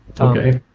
today